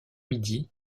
midi